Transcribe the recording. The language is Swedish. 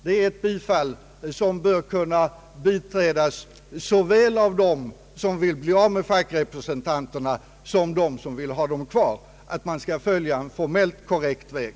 Det är ett yrkande som bör kunna biträdas såväl av dem som vill bli av med fackrepresentanterna som av dem som vill ha dem kvar — det innebär att man skall följa en formellt korrekt väg.